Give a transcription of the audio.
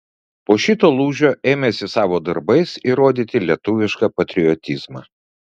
po šito lūžio ėmėsi savo darbais įrodyti lietuvišką patriotizmą